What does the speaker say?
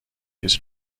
his